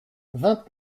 vingt